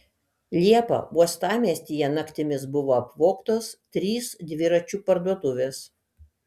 liepą uostamiestyje naktimis buvo apvogtos trys dviračių parduotuvės